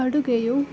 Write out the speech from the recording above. ಅಡುಗೆಯು